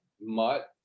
mutt